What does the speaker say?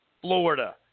Florida